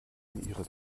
ihren